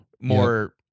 More